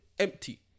empty